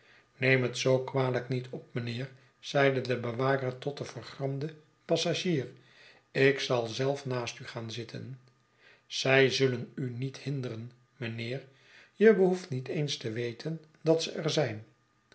neern het zoo kwalijk niet op mijnheer zeide de bewaker tot den vergramden passag'ier ik zal zelf naast u gaan zitten zij zullen u niet hinderen mijnheer je behoeft niet eens te weten dat ze er zijn